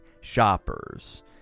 shoppers